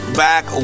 back